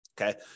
Okay